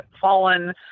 fallen